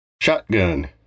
Shotgun